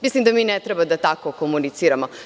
Mislim da mi ne treba tako da komuniciramo.